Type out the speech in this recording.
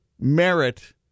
merit